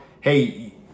hey